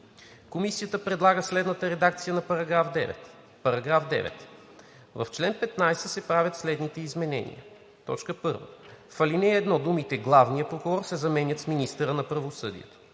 Комисията предлага следната редакция на § 9: „§ 9. В чл. 15 се правят следните изменения: 1. В ал. 1 думите „главния прокурор“ се заменят с „министъра на правосъдието“.